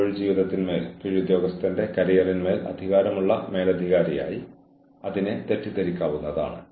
ഓരോ ജീവനക്കാരനെയും അഡ്മിനിസ്ട്രേഷൻ ഒരേ രീതിയിൽ തന്നെ പരിഗണിക്കണം